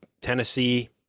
Tennessee